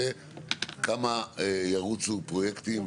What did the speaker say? זה כמה ירוצו פרויקטים,